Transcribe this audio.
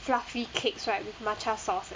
fluffy cakes right with matcha sauce eh